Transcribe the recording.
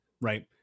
right